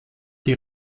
die